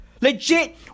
Legit